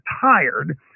tired